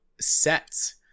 sets